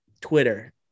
Twitter